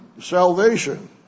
salvation